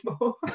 more